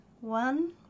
one